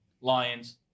Lions